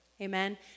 Amen